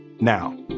Now